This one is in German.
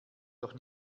doch